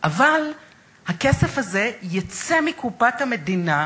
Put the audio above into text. אבל הכסף הזה יצא מקופת המדינה,